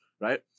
right